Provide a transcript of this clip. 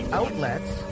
outlets